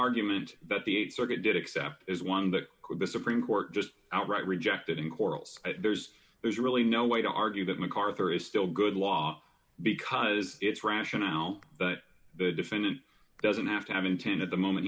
argument that the th circuit did accept is one that the supreme court just outright rejected in corals there's there's really no way to argue that macarthur is still good law because it's rationale that the defendant doesn't have to have intended the moment